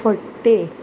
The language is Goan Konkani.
फट्टे